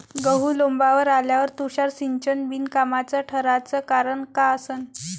गहू लोम्बावर आल्यावर तुषार सिंचन बिनकामाचं ठराचं कारन का असन?